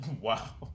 Wow